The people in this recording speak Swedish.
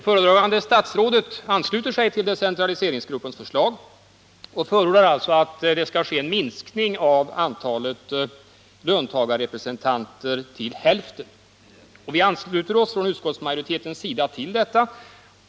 Föredragande statsrådet ansluter sig till decentraliseringsgruppens förslag och förordar en minskning av antalet löntagarrepresentanter till hälften. Utskottsmajoriteten ansluter sig också till förslaget.